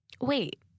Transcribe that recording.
wait